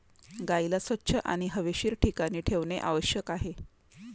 गाईला स्वच्छ आणि हवेशीर ठिकाणी ठेवणे आवश्यक आहे